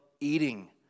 eating